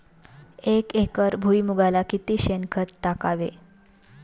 एक एकर भुईमुगाला किती शेणखत टाकावे?